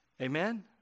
Amen